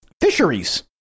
fisheries